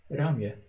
ramię